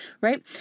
right